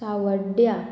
सांवड्ड्या